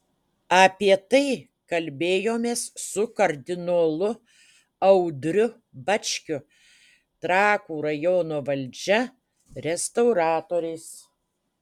apie tai kalbėjomės su kardinolu audriu bačkiu trakų rajono valdžia restauratoriais